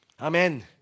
amen